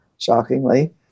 shockingly